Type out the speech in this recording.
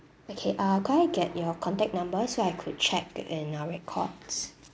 okay uh could I get your contact number so I could check in our records